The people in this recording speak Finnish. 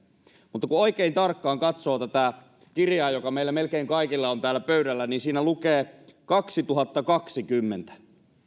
mutta kun oikein tarkkaan katsoo tätä kirjaa joka meillä melkein kaikilla on täällä pöydällä niin siinä lukee kaksituhattakaksikymmentä